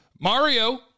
Mario